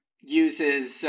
uses